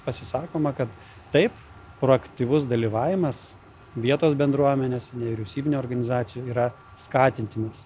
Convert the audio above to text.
pasisakoma kad taip proaktyvus dalyvavimas vietos bendruomenės nevyriausybinių organizacijų yra skatintinas